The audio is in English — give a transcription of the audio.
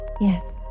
Yes